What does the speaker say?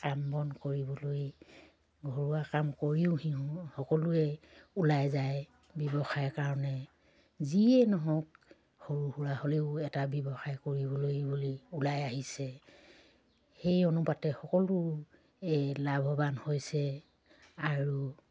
কাম বন কৰিবলৈ ঘৰুৱা কাম কৰিও সিহু সকলোৱে ওলাই যায় ব্যৱসায়ৰ কাৰণে যিয়ে নহওক সৰু সুৰা হ'লেও এটা ব্যৱসায় কৰিবলৈ বুলি ওলাই আহিছে সেই অনুপাতে সকলো এই লাভৱান হৈছে আৰু